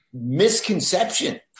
misconception